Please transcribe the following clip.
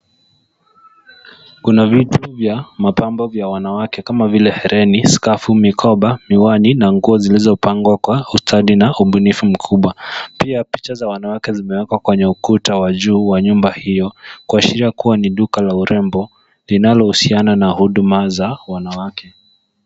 Kuna vitu vya mapambo vya wanawake kama vile hereni, skafu, mikoba, miwani, na nguo zilizopangwa kwa ustadi na ubunifu mkubwa. Pia picha za wanawake zimewekwa kwenye ukuta wa juu wa nyumba hiyo, kuashiria kuwa ni duka la urembo, linalohusiana na huduma za, wanawake.